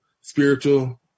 spiritual